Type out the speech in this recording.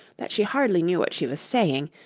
that she hardly knew what she was saying,